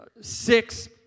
six